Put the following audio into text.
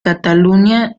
catalunya